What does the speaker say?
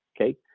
Okay